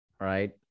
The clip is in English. Right